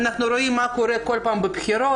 אנחנו רואים מה קורה כל פעם בבחירות,